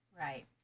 Right